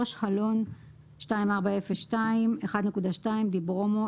Halon 2402 1.2 - דיברומו,